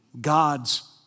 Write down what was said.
God's